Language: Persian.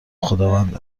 خداوند